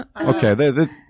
Okay